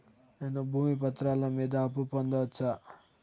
నేను భూమి పత్రాల మీద అప్పు పొందొచ్చా?